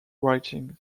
writings